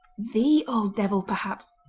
the old devil perhaps.